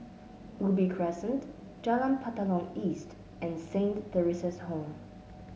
Ubi Crescent Jalan Batalong East and Saint Theresa's Home